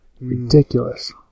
Ridiculous